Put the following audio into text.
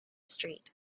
street